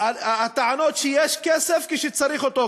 הטענות הן שיש כסף כשצריך אותו.